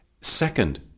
Second